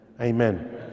amen